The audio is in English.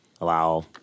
allow